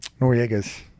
Noriega's